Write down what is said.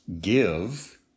give